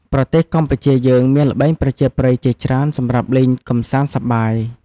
ប្រទេសកម្ពុជាយើងមានល្បែងប្រជាប្រិយជាច្រើនសម្រាប់លេងកម្សាន្តសប្បាយ។